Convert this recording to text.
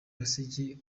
baseke